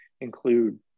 include